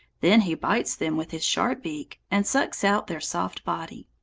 then he bites them with his sharp beak, and sucks out their soft body.